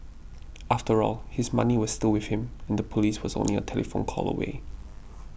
after all his money was still with him and the police was only a telephone call away